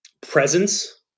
presence